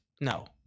No